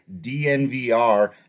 DNVR